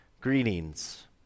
Greetings